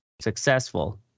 successful